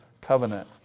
Covenant